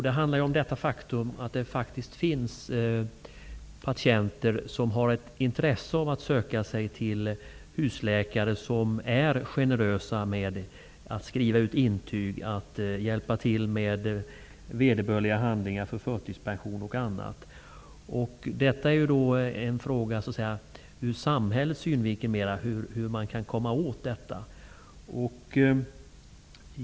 Det gäller det faktum att det faktiskt finns patienter som har ett intresse av att söka sig till husläkare som är generösa med att skriva ut intyg, hjälpa till med vederbörliga handlingar för förtidspension och annat. Detta är en fråga mer ur samhällets synvinkel, hur man kan komma åt detta.